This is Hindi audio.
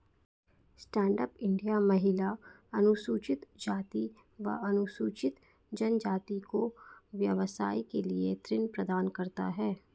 स्टैंड अप इंडिया महिला, अनुसूचित जाति व अनुसूचित जनजाति को व्यवसाय के लिए ऋण प्रदान करता है